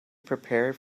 prepared